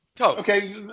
Okay